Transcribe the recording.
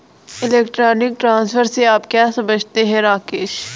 Electronic transfer से आप क्या समझते हैं, राकेश?